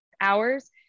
hours